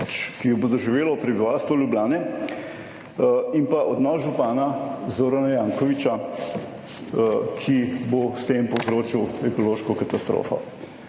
ki jo bo doživelo prebivalstvo Ljubljane in pa odnos župana Zorana Jankovića, ki bo s tem povzročil ekološko katastrofo.